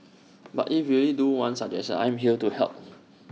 but if you really do want suggestions I'm here to help